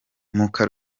muka